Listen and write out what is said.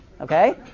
Okay